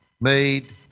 made